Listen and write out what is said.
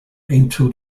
into